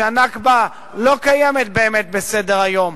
שה"נכבה" לא קיימת באמת בסדר-היום.